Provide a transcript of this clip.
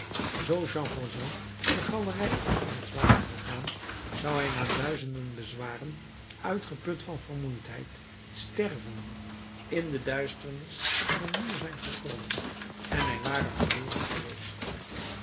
jean valjean de galerij opwaarts ware gegaan zou hij na duizenden bezwaren uitgeput van vermoeidheid stervende in de duisternis aan een muur zijn gekomen en hij ware verloren geweest